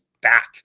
back